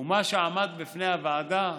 מה שעמד בפני הוועדה,